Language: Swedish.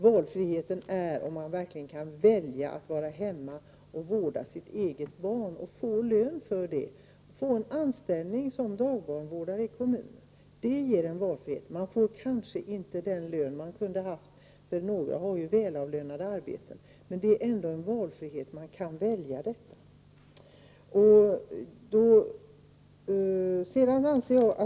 Valfrihet är att verkligen kunna välja att vara hemma och vårda sitt eget barn och få lön för det, dvs. få anställning som dagbarnvårdare i kommunen. Det ger valfrihet. Man får kanske inte den lön man kunde ha haft — några har ju välavlönade arbeten — men det är ändå valfrihet: Man kan välja detta.